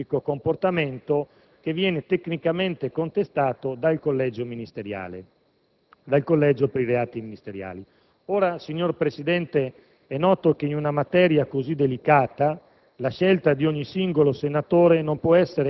o generico, in relazione allo specifico comportamento che viene tecnicamente contestato dal Collegio per i reati ministeriali. Signor Presidente, è noto che in una materia così delicata